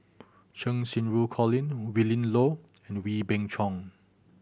Cheng Xinru Colin Willin Low Wee Beng Chong